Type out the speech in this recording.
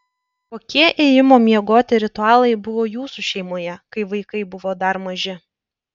kokie ėjimo miegoti ritualai buvo jūsų šeimoje kai vaikai buvo dar maži